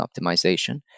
optimization